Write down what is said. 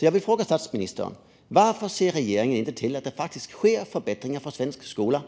Jag vill fråga statsministern: Varför ser regeringen inte till att det faktiskt sker förbättringar för svensk skola nu?